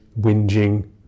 whinging